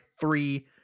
three